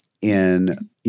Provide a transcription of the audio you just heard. in-